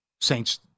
Saints